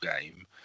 game